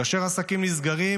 כאשר עסקים נסגרים,